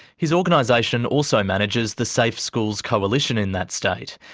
his organisation also manages the safe schools coalition in that state.